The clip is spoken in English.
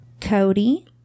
Cody